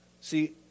See